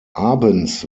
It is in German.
abends